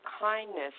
kindness